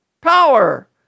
power